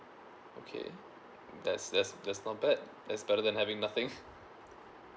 okay that's that's that's not bad that's better than having nothing